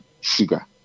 sugar